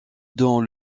dans